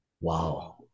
wow